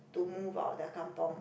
to move out of their kampung